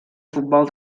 futbol